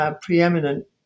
preeminent